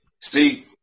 See